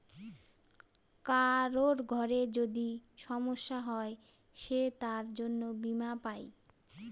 কারোর ঘরে যদি সমস্যা হয় সে তার জন্য বীমা পাই